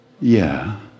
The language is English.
Yeah